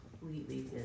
completely